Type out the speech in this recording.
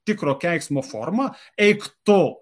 tikro keiksmo formą eik tu